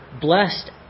blessed